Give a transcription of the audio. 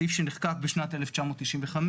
סעיף שנחקק בשנת 1995,